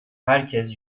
herkes